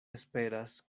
esperas